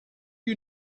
you